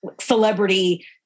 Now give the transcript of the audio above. celebrity